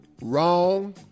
Wrong